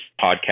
podcast